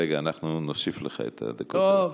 רגע, אנחנו נוסיף לך את הדקות האלה.